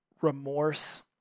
remorse